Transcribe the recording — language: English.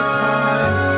time